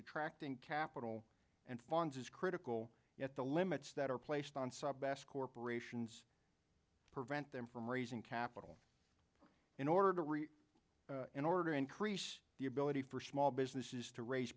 attracting capital and funds is critical yet the limits that are placed on sub s corporations prevent them from raising capital in order to reach in order increase the ability for small businesses to raise